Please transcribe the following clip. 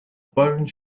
bone